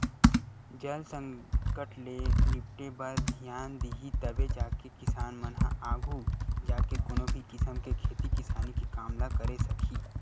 जल संकट ले निपटे बर धियान दिही तभे जाके किसान मन ह आघू जाके कोनो भी किसम के खेती किसानी के काम ल करे सकही